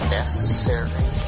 necessary